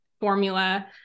formula